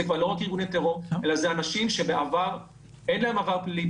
זה כבר לא רק ארגוני טרור אלא זה אנשים שאין להם עבר פלילי,